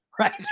Right